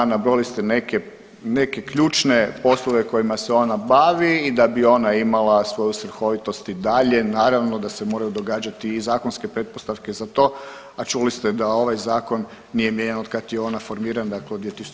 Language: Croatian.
Nabrojali ste neke ključne poslove kojima se ona bavi i da bi ona imala svoju svrhovitost i dalje naravno da se moraju događati i zakonske pretpostavke za to, a čuli ste da ovaj zakon nije mijenjan od kad je ona formirana dakle od 2006.g.